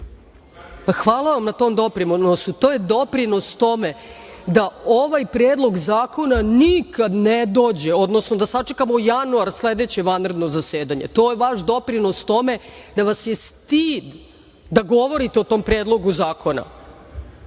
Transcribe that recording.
jel? Hvala vam na tom doprinesu. To je doprinos tome da ovaj Predlog zakona nikad ne dođe, odnosno da sačekamo januar sledeće vanredno zasedanje. To je vaš doprinos tome, da vas je stid da govorite o tom Predlogu zakona. Četiri